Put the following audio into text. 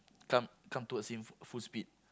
come come towards him full full speed